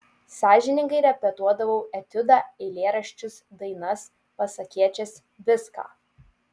sąžiningai repetuodavau etiudą eilėraščius dainas pasakėčias viską